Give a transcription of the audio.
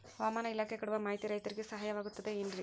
ಹವಮಾನ ಇಲಾಖೆ ಕೊಡುವ ಮಾಹಿತಿ ರೈತರಿಗೆ ಸಹಾಯವಾಗುತ್ತದೆ ಏನ್ರಿ?